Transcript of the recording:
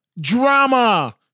Drama